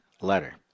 letter